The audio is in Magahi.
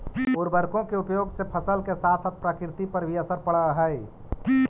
उर्वरकों के उपयोग से फसल के साथ साथ प्रकृति पर भी असर पड़अ हई